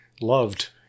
loved